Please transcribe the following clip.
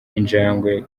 injangwe